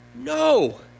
no